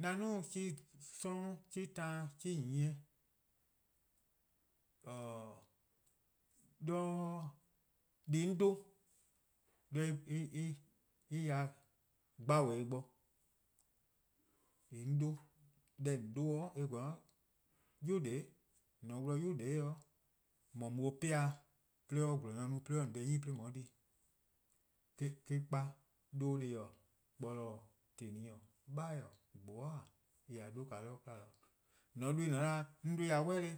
'An duo 'chuh+ 'sororn', 'chuh+ taan, 'chuh+ nyieh, 'do deh+ 'on 'dhu-a en ya-dih gbabo-eh bo. deh :on 'dhu-a :yee' eh gweh 'yu :dele', :mor :on 'wlu 'yu :dele' :mor mu-or 'pean' 'de or 'ye :gelor-nyor no 'de or 'ye :on deh 'nyi :on 'ye di. eh-: 'kpa 'dhu-:, kporlor-: :teli-:, 'beheh-:, :gbobeh'eh-:, :mor :on 'dhu-ih :mor :on 'dhh "weh 'de,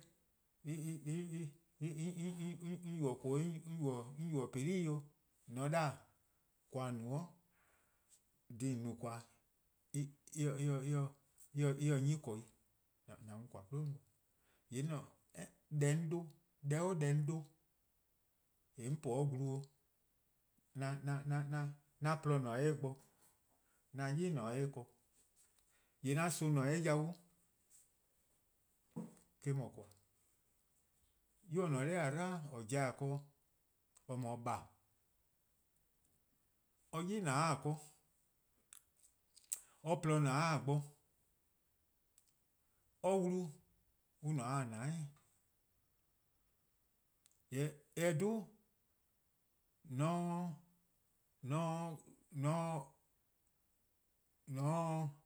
'on yubo: :koo: 'weh, 'on yubo: :peli' 'weh, :mor :on 'da 'o, :yee' :koan :on no-a, :yee. dhih :on no-a :koan: en :se-' 'nyne :korn 'i :an mu :koan: 'plo :no. :yee' 'an 'an deh 'on 'dhu-a, deh 'o deh 'on 'dhu-a, eh 'on po-a 'de glu 'an :porluh :ne 'de eh bo, 'an 'yli :ne 'o eh ken, :yee' 'an son :ne 'o eh 'bhun, eh-: 'dhu :koan:-a'. 'Yu :or :ne-a 'nor :a 'dlu :or pobo-a ken-dih :or 'dhu-a :baa', or 'yli :ne 'o :a ken, or "porluh :ne 'o :a bo, or wlu :ne 'de :a :dou'+, :yee' :mor eh 'dhh,